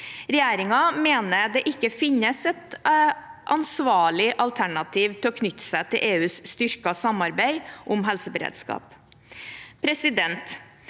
Regjeringen mener det ikke finnes et ansvarlig alternativ til å knytte seg til EUs styrkede samarbeid om helseberedskap. God